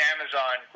Amazon